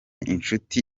inshuti